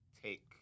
Take